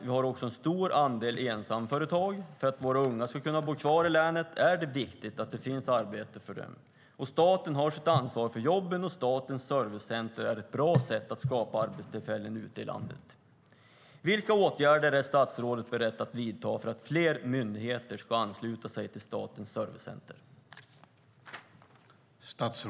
Vi har också en stor andel ensamföretag. För att våra unga ska kunna bo kvar i länet är det viktigt att det finns arbete för dem. Staten har sitt ansvar för jobben, och Statens servicecenter är ett bra tillfälle att skapa arbetstillfällen ute i landet. Vilka åtgärder är statsrådet beredd att vidta för att fler myndigheter ska ansluta sig till Statens servicecenter?